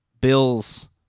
Bills